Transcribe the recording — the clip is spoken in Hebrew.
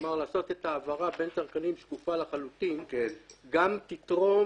כלומר לעשות את ההעברה בין צרכנים שקופה לחלוטין גם תתרום